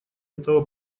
этого